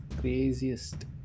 craziest